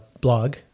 blog